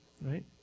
Right